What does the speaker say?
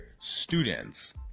students